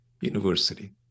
university